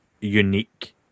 unique